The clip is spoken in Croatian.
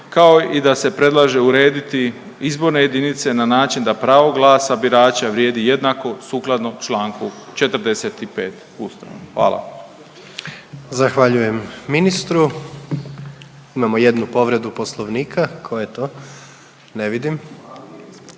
kao i da se predlaže urediti izborne jedinice na način da pravo glasa birača vrijedi jednako sukladno Članku 45. Ustava. Hvala. **Jandroković, Gordan (HDZ)** Zahvaljujem ministru. Imamo jednu povredu Poslovnika. Tko je to? Ne vidim.